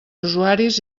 usuaris